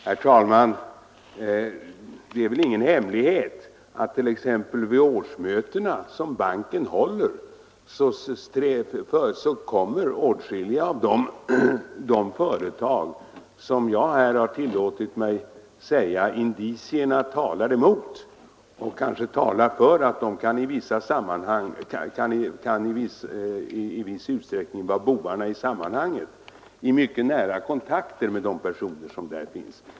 Herr talman! Det är väl ingen hemlighet att t.ex. vid de årsmöten som banken anordnar kommer åtskilliga av de företag, som jag här har tillåtit mig säga att indicierna talar emot — och kanske talar för att de i viss utsträckning kan vara bovar i sammanhanget — i mycket nära kontakt med de personer som finns i banken.